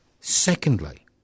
Secondly